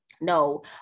No